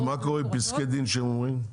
ומה קורה עם פסקי דין שהם אומרים?